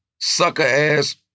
sucker-ass